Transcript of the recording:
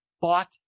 Bought